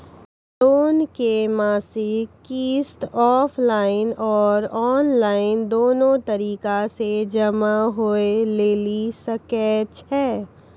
Loan के मासिक किस्त ऑफलाइन और ऑनलाइन दोनो तरीका से जमा होय लेली सकै छै?